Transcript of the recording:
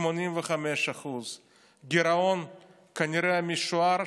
85%; גירעון משוער,